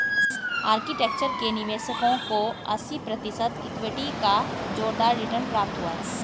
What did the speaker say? architecture के निवेशकों को अस्सी प्रतिशत इक्विटी का जोरदार रिटर्न प्राप्त हुआ है